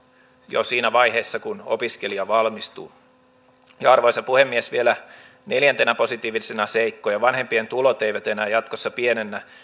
jo siinä vaiheessa kun opiskelija valmistuu arvoisa puhemies vielä neljäntenä positiivisena seikkana vanhempien tulot eivät enää jatkossa pienennä